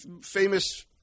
famous